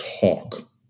talk